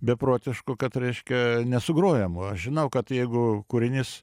beprotiškų kad reiškia nesugrojamų aš žinau kad jeigu kūrinys